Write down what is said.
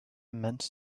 meant